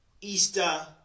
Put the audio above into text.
Easter